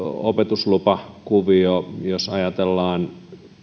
opetuslupakuvio jos ajatellaan